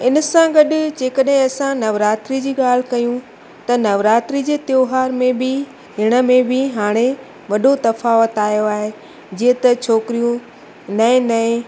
हिन सां गॾु जे कॾहिं असां नवरात्रि जी ॻाल्हि कयूं त नवरात्रि जे त्योहार में बि ॾिण में बि हाणे वॾो तफ़ावत आयो आहे जीअं त छोकिरियूं नएं नएं